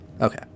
Okay